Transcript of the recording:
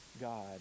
God